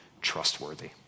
trustworthy